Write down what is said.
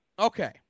Okay